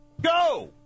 Go